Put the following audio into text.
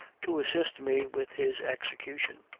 to assist me with his execution.